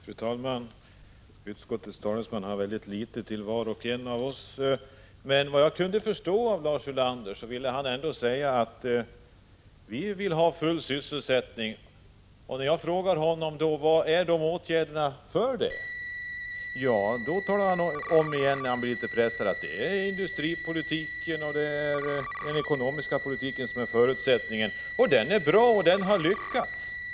Fru talman! Utskottets talesman har mycket litet att säga till var och en av oss, men om jag har förstått Lars Ulander rätt ville han ändå säga att målet är full sysselsättning. När jag frågar om åtgärderna säger han på nytt, när han blir litet pressad, att förutsättningarna är industripolitiken och den ekonomiska politiken. Sedan säger han att den ekonomiska politiken är bra och att den har lyckats.